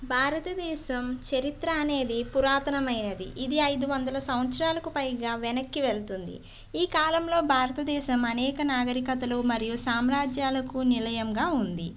భారతదేశం చరిత్ర అనేది పురాతనమైనది ఇది ఐదు వందల సంవత్సరాలకు పైగా వెనక్కి వెళ్తుంది ఈ కాలంలో భారతదేశం అనేక నాగరికతలు మరియు సామ్రాజ్యాలకు నిలయంగా ఉంది